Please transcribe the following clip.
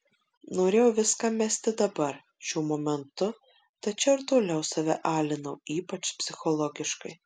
norėjau viską mesti dabar šiuo momentu tačiau ir toliau save alinau ypač psichologiškai